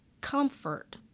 comfort